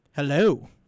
Hello